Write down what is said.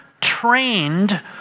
trained